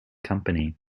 company